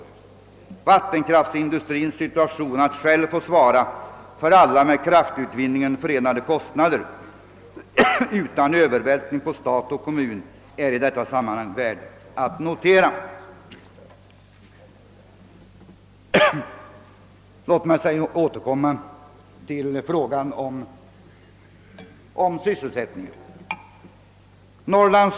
Att vattenkraftsindustrin själv svarar för alla med kraftutvinningen förenade kostnader utan övervältring på stat och kommun är i detta sammanhang värt att notera. Låt mig sedan, herr talman, återkomma till frågan om sysselsättningen.